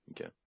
okay